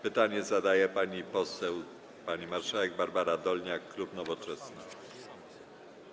Pytanie zadaje pani poseł, pani marszałek Barbara Dolniak, klub Nowoczesna.